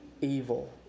evil